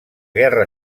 guerra